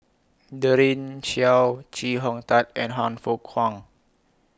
Daren Shiau Chee Hong Tat and Han Fook Kwang